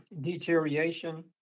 deterioration